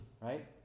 right